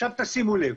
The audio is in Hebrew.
שימו לב,